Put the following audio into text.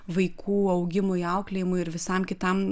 vaikų augimui auklėjimui ir visam kitam